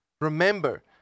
remember